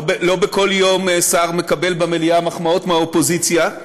לא כל יום שר מקבל במליאה מחמאות מהאופוזיציה.